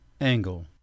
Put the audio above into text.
angle